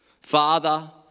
Father